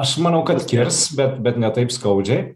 aš manau kad kirs bet bet ne taip skaudžiai